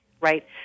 Right